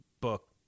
book